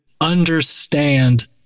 understand